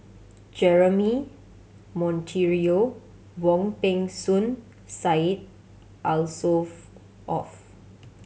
Jeremy Monteiro Wong Peng Soon Syed